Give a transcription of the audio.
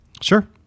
Sure